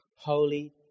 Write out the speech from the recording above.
holy